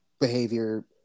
behavior